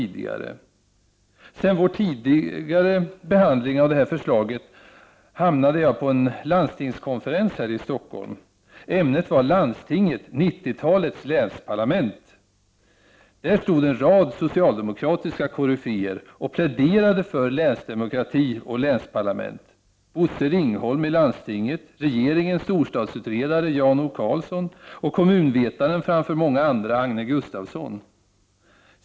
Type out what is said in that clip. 131 Efter vår tidigare behandling av det här förslaget hamnade jag på en landstingskonferens här i Stockholm. Ämnet var ”Landstinget — 90-talets länsparlament!” Där stod en rad socialdemokratiska koryféer och pläderade för länsdemokrati och länsparlament: Bosse Ringholm i landstinget, regeringens storstadsutredare Jan O Karlsson och kommunvetaren framför många andra, Agne Gustafsson.